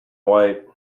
wait